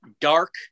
dark